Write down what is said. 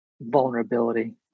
vulnerability